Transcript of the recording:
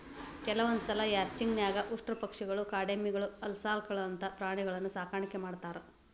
ಕೆಲವಂದ್ಸಲ ರ್ಯಾಂಚಿಂಗ್ ನ್ಯಾಗ ಉಷ್ಟ್ರಪಕ್ಷಿಗಳು, ಕಾಡೆಮ್ಮಿಗಳು, ಅಲ್ಕಾಸ್ಗಳಂತ ಪ್ರಾಣಿಗಳನ್ನೂ ಸಾಕಾಣಿಕೆ ಮಾಡ್ತಾರ